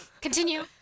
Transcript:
Continue